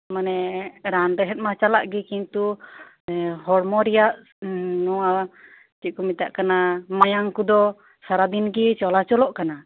ᱢᱟᱱᱮ ᱨᱟᱱ ᱨᱮᱸᱦᱮᱫᱢᱟ ᱪᱟᱞᱟᱜ ᱜᱮ ᱠᱤᱱᱛᱩ ᱦᱚᱲᱢᱚ ᱨᱮᱭᱟᱜ ᱱᱚᱣᱟ ᱪᱮᱫ ᱠᱚ ᱢᱮᱛᱟᱜ ᱠᱟᱱᱟ ᱢᱟᱭᱟᱝ ᱠᱚᱫᱚ ᱥᱟᱨᱟᱫᱤᱱ ᱜᱮ ᱪᱚᱞᱟ ᱪᱚᱞᱚᱜ ᱠᱟᱱᱟ